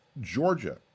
Georgia